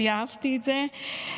אני אהבתי את זה.